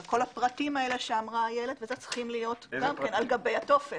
אבל כל הפרטים האלה שאמרה איילת צריכים להיות על גבי הטופס.